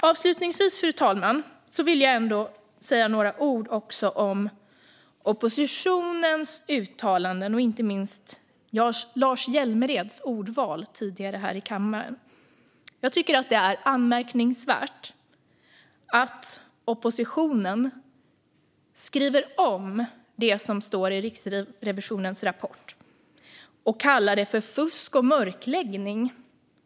Avslutningsvis vill jag säga några ord om oppositionens uttalanden, fru talman, och inte minst om Lars Hjälmereds ordval här i kammaren tidigare. Jag tycker att det är anmärkningsvärt att oppositionen skriver om det som står i Riksrevisionens rapport och kallar det fusk och mörkläggning.